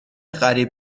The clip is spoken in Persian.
قریب